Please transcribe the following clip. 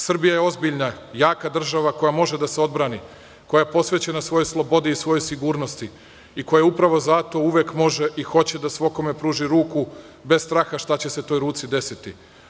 Srbija je ozbiljna, jaka država koja može da se odbrani, koja je posvećena svojoj slobodi i svojoj sigurnosti i koja upravo zato uvek može i hoće svakome da pruži ruku, bez straha šta će se toj ruci desiti.